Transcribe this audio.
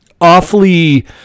awfully